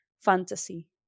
fantasy